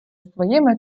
своїми